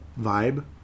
vibe